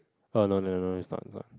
uh no nevermind it's not it's not